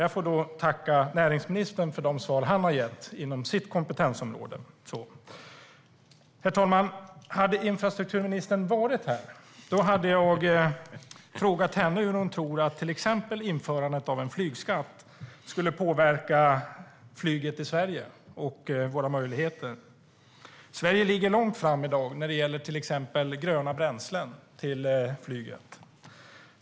Jag får dock tacka näringsministern för de svar han gett inom sitt kompetensområde. Herr talman! Hade infrastrukturministern varit här hade jag frågat henne till exempel hur hon tror att införandet av en flygskatt skulle påverka flyget i Sverige och våra möjligheter. Sverige ligger långt framme i dag när det gäller exempelvis gröna bränslen till flyget.